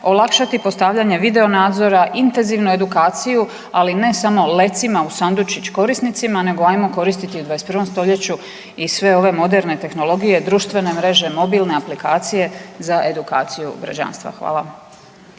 olakšati postavljanje video nadzora, intenzivnu edukaciju, ali ne samo lecima u sandučić korisnicima, nego hajmo koristiti u 21. stoljeću i sve ove moderne tehnologije, društvene mreže, mobilne aplikacije za edukaciju građanstva. Hvala.